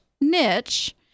niche